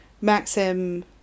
Maxim